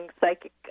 psychic